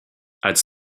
als